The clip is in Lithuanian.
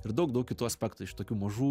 ir daug daug kitų aspektų iš tokių mažų